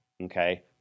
Okay